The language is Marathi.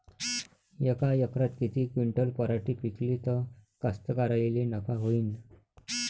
यका एकरात किती क्विंटल पराटी पिकली त कास्तकाराइले नफा होईन?